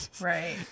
Right